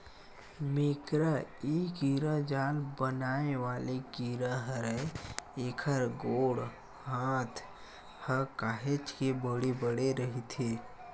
मेकरा ए कीरा जाल बनाय वाले कीरा हरय, एखर गोड़ हात ह काहेच के बड़े बड़े रहिथे